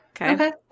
Okay